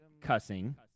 cussing